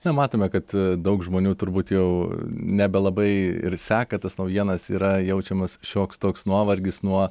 na matome kad daug žmonių turbūt jau nebelabai ir seka tas naujienas yra jaučiamas šioks toks nuovargis nuo